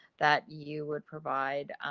that you would provide,